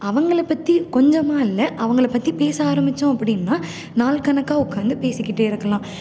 அவங்களை பற்றி கொஞ்சமாக இல்லை அவங்களை பற்றி பேச ஆரம்பித்தோம் அப்படின்னா நாள் கணக்காக உட்காந்து பேசிக்கிட்டே இருக்கலாம்